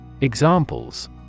Examples